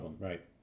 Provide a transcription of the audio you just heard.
right